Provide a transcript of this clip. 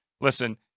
listen